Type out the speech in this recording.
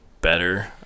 better